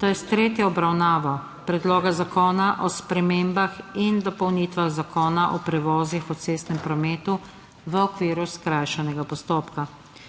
to je s tretjo obravnavo Predloga zakona o spremembah in dopolnitvah Zakona o prevozih v cestnem prometu v okviru skrajšanega postopka.